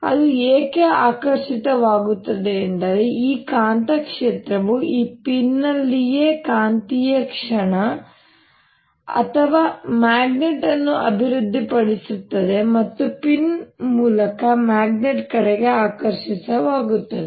ಅದು ಏಕೆ ಆಕರ್ಷಿತವಾಗುತ್ತದೆ ಎಂದರೆ ಈ ಕಾಂತಕ್ಷೇತ್ರವು ಈ ಪಿನ್ ನಲ್ಲಿಯೇ ಕಾಂತೀಯ ಕ್ಷಣ ಅಥವಾ ಮ್ಯಾಗ್ನೆಟ್ ಅನ್ನು ಅಭಿವೃದ್ಧಿಪಡಿಸುತ್ತದೆ ಮತ್ತು ಪಿನ್ ಮೂಲ ಮ್ಯಾಗ್ನೆಟ್ ಕಡೆಗೆ ಆಕರ್ಷಿತವಾಗುತ್ತದೆ